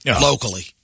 locally